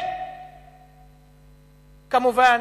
וכמובן,